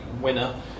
winner